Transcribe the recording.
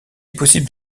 possible